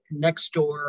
Nextdoor